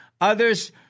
Others